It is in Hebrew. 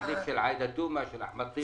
מחליף של עאידה תומא סלימאן, של אחמד טיבי.